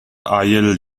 haiel